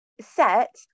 Set